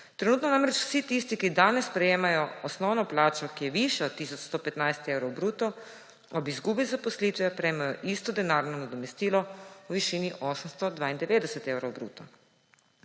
Trenutno namreč vsi tisti, ki danes sprejemajo osnovno plačo, ki je višja od tisoč 115 evrov bruto, ob izgubi zaposlitve prejmejo isto denarno nadomestilo v višini 893 evrov bruto.